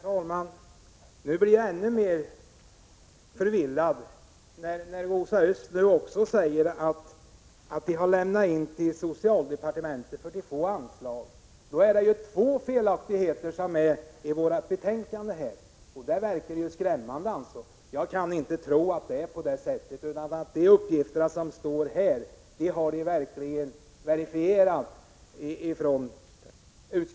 Herr talman! Jag blev ännu mer förvånad när Rosa Östh sade att hushållningssällskapen har vänt sig till socialdepartementet för att få anslag. Då skulle det alltså vara två felaktigheter i vårt betänkande, och det verkar skrämmande. Jag kan inte tro att det är så. De uppgifter som finns i betänkandet har verifierats.